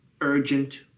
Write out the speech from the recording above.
urgent